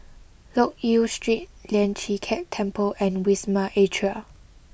Loke Yew Street Lian Chee Kek Temple and Wisma Atria